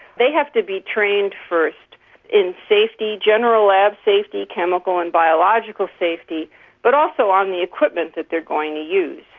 they have to be trained first in safety, general lab safety, chemical and biological safety but also on the equipment that they're going to use.